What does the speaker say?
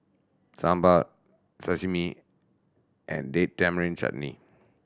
Sambar Sashimi and Date Tamarind Chutney